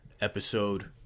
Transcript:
episode